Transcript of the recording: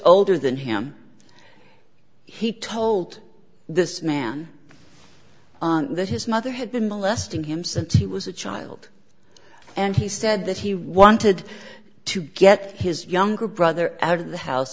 older than him he told this man on that his mother had been molesting him since he was a child and he said that he wanted to get his younger brother out of the house